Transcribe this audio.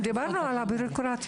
כן, דיברנו על הבירוקרטיה.